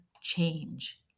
Change